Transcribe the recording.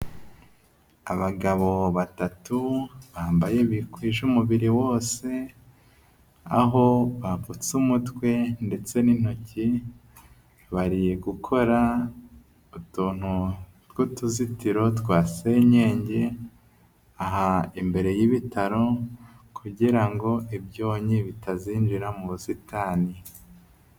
Abagabo batatu bambaye bikwije umubiri wose, aho bapfutse umutwe ndetse n'intoki, bari gukora utuntu tw'utuzitiro twasenyenge, aha imbere y'ibitaro kugira ngo ibyonnyi bitazinjira mu busitani.